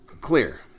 clear